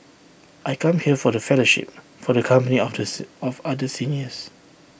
I come here for the fellowship for the company of of other seniors